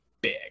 big